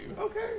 Okay